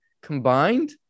Combined